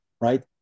Right